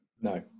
No